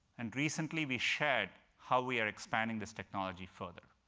and recently we shared how we are expanding this technology further.